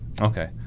Okay